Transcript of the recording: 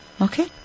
Okay